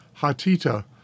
Hatita